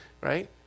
right